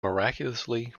miraculously